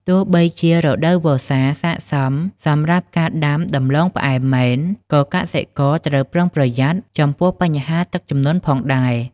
ទោះបីជារដូវវស្សាស័ក្តិសមសម្រាប់ការដាំដំឡូងផ្អែមមែន ក៏កសិករត្រូវប្រុងប្រយ័ត្នចំពោះបញ្ហាទឹកជំនន់ផងដែរ។